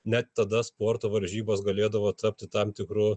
net tada sporto varžybos galėdavo tapti tam tikru